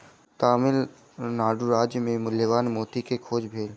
तमिल नाडु राज्य मे मूल्यवान मोती के खोज भेल